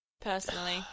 personally